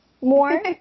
more